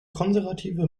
konservative